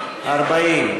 ההסתייגות 40,